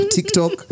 TikTok